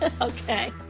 Okay